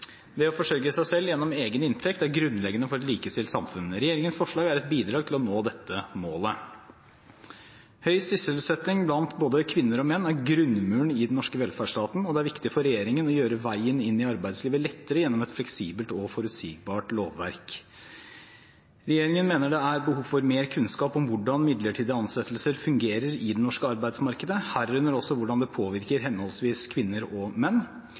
Det å forsørge seg selv gjennom egen inntekt er grunnleggende for et likestilt samfunn. Regjeringens forslag er et bidrag til å nå dette målet. Høy sysselsetting blant både kvinner og menn er grunnmuren i den norske velferdsstaten. Det er viktig for regjeringen å gjøre veien inn i arbeidslivet lettere gjennom et fleksibelt og forutsigbart lovverk. Regjeringen mener det er behov for mer kunnskap om hvordan midlertidige ansettelser fungerer i det norske arbeidsmarkedet, herunder også hvordan det påvirker henholdsvis kvinner og menn.